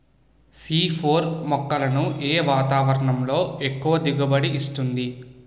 C four మొక్కలను ఏ వాతావరణంలో ఎక్కువ దిగుబడి ఇస్తుంది?